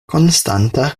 konstanta